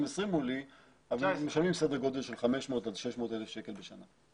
מולי אבל הם משלמים סדר גודל של 500 עד 600 אלף שקל בשנה.